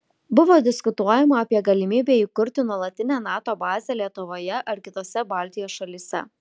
buvo diskutuojama apie galimybę įkurti nuolatinę nato bazę lietuvoje ar kitose baltijos šalyse